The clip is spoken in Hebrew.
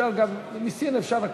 אפשר גם, מסין אפשר הכול.